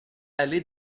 allée